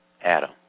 Adam